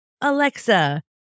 Alexa